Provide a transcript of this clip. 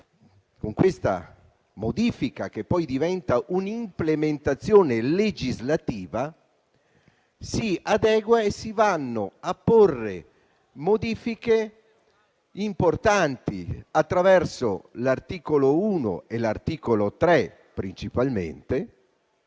con questa modifica, che poi diventa un'implementazione legislativa, si adegua e si vanno a porre modifiche importanti, principalmente attraverso l'articolo 1 e l'articolo 3. L'articolo